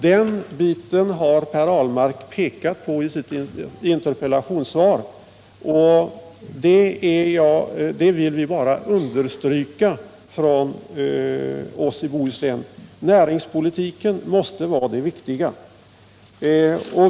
Den biten har Per Ahlmark pekat på i sitt interpellationssvar, och vi i Bohuslän vill understryka den saken. Näringspolitiken måste vara den viktiga.